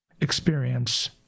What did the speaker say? experience